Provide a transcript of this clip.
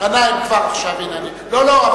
לא, לא.